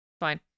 fine